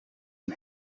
een